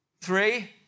Three